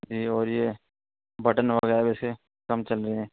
جی اور یہ بٹن وغیرہ بھی اسے کم چل رہے ہیں